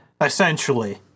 essentially